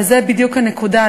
אבל זו בדיוק הנקודה,